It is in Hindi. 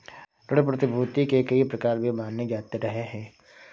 ऋण प्रतिभूती के कई प्रकार भी माने जाते रहे हैं